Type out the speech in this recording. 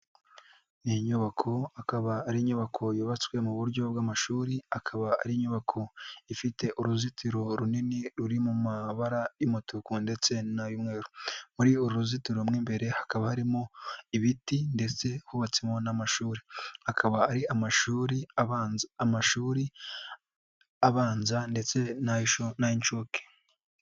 Iyi nyubako akaba ari inyubako yubatswe mu buryo bw'amashuri akaba ari inyubako ifite uruzitiro runini ruri mu mabara y'umutuku ndetse n'ayumweru, muri uru ruzitiro mu imbere hakaba harimo ibiti ndetse hubatsemo n'amashuri, akaba ari amashuri abanza amashuri abanza ndetse nay'inshuke.